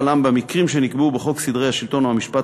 עם במקרים שנקבעו בחוק סדרי השלטון או המשפט,